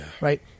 Right